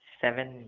seven